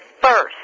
first